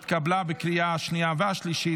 התקבלה בקריאה השנייה והשלישית,